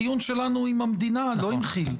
הדיון שלנו הוא עם המדינה, לא עם כי"ל.